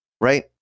right